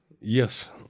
Yes